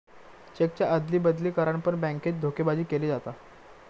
चेकच्या अदली बदली करान पण बॅन्केत धोकेबाजी केली जाता